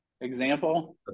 example